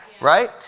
right